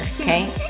Okay